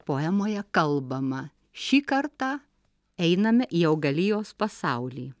poemoje kalbama šį kartą einame į augalijos pasaulį